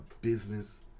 business